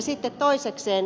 sitten toisekseen